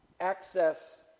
access